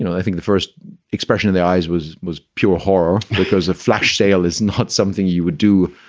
i think the first expression of the eyes was was pure horror, because a flash sale is not something you would do,